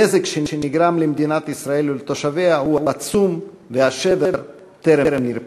הנזק שנגרם למדינת ישראל ולתושביה הוא עצום והשבר טרם נרפא.